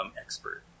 expert